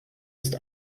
ist